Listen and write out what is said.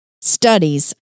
studies